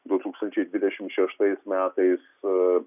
du tūkstančiai dvidešimt šeštais metais